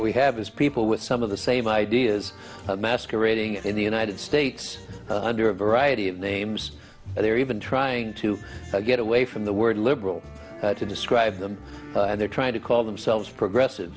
we have is people with some of the same ideas masquerading in the united states under a variety of names and they're even trying to get away from the word liberal to describe them they're trying to call themselves progressive